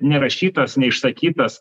nerašytos neišsakytos